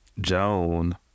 Joan